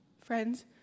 friends